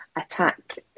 attack